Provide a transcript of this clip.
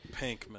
Pinkman